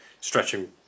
stretching